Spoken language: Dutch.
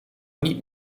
niet